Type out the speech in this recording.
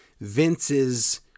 Vince's